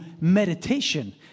meditation